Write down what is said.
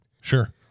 Sure